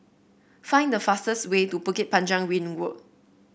find the fastest way to Bukit Panjang Ring Road